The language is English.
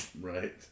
Right